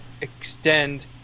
extend